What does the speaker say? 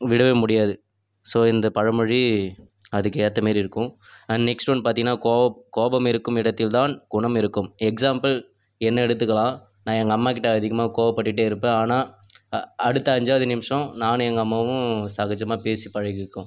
விடவே முடியாது ஸோ இந்த பழமொழி அதுக்கேற்ற மாரி இருக்கும் அண்ட் நெக்ஸ்ட் ஒன் பார்த்தீங்கன்னா கோவ கோபம் இருக்கும் இடத்தில் தான் குணம் இருக்கும் எக்ஸாம்பிள் என்ன எடுத்துக்கலாம் நான் எங்கள் அம்மாக்கிட்ட அதிகமாக கோவப்பட்டுட்டே இருப்பேன் ஆனால் அடுத்த அஞ்சாவது நிமிஷம் நானும் எங்கள் அம்மாவும் சகஜமாக பேசி பழகிக்குவோம்